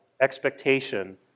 expectation